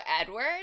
Edward